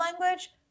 language